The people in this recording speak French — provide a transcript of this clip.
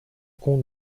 compte